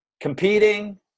competing